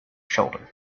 shoulder